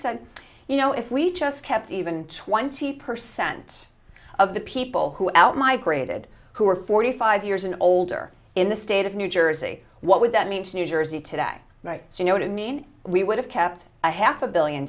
said you know if we just kept even twenty percent of the people who are out migrated who are forty five years and older in the state of new jersey what would that mean to new jersey today you know to mean we would have kept a half a billion